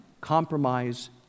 compromise